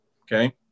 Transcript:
Okay